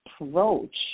approach